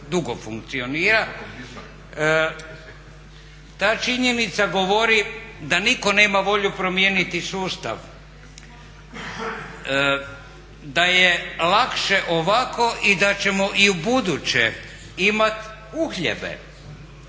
ali dugo funkcionira. Ta činjenica govori da nitko nema volju promijeniti sustav, da je lakše ovako i da ćemo i u buduće imat uhljebe.